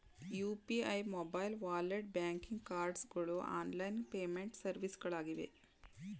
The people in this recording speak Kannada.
UPI, mobile wallet, banking cards ಗಳು ಆನ್ಲೈನ್ ಪೇಮೆಂಟ್ ಸರ್ವಿಸ್ಗಳಾಗಿವೆ